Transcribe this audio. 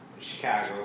Chicago